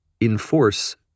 enforce